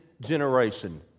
generation